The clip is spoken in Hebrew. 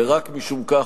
ורק משום כך,